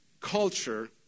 culture